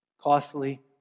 costly